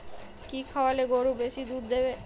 কি খাওয়ালে গরু বেশি দুধ দেবে?